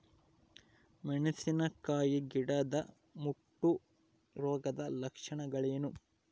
ಮೆಣಸಿನಕಾಯಿ ಗಿಡದ ಮುಟ್ಟು ರೋಗದ ಲಕ್ಷಣಗಳೇನು?